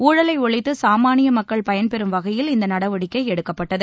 ஊழலை ஒழித்து சாமானிய மக்கள் பயன்பெறும் வகையில் இந்த நடவடிக்கை எடுக்கப்பட்டது